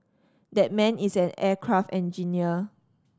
that man is an aircraft engineer